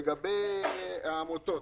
לגבי העמותות,